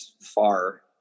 far